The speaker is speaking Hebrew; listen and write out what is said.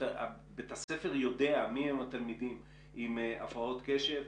בית הספר יודע מי הם התלמידים עם הפרעות קשב,